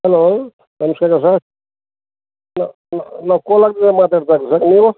hello ನಮಸ್ಕಾರ sir ನಾವು ಕೋಲಾರದಿಂದ ಮಾತಾಡ್ತಾ ಇರೋದು ಸರ್ ನೀವು